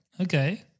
Okay